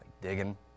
digging